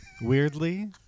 weirdly